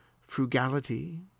frugality